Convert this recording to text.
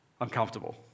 uncomfortable